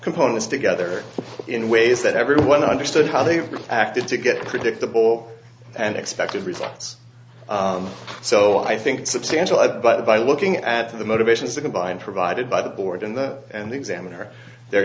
components together in ways that everyone understood how they acted to get predictable and expected results so i think substantial i'd buy that by looking at the motivations to combine provided by the board and the and the examiner there